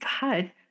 God